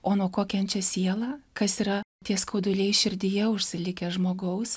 o nuo ko kenčia siela kas yra tie skauduliai širdyje užsilikę žmogaus